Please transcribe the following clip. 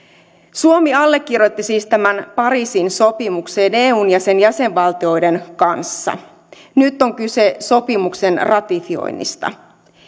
suomi allekirjoitti siis tämän pariisin sopimuksen eun ja sen jäsenvaltioiden kanssa nyt on kyse sopimuksen ratifioinnista